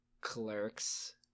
Clerks